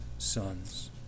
Sons